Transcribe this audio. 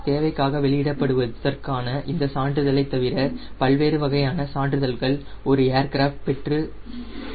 தேவைக்காக வெளியிடப்படுவதுஇந்த சான்றிதழை தவிர பல்வேறு வகையான சான்றிதழ்கள் ஒரு ஏர்கிராப்ட் பெற்று உள்ளன